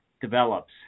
develops